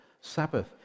Sabbath